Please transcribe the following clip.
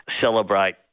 celebrate